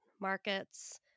markets